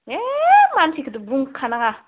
ए मानसिखोथो बुंखा नाङा